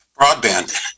broadband